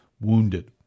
wounded